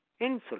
insulin